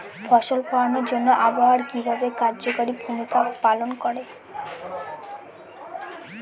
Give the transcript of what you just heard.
ফসল ফলানোর জন্য আবহাওয়া কিভাবে কার্যকরী ভূমিকা পালন করে?